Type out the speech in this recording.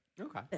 Okay